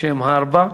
שהן ארבע,